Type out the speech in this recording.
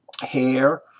hair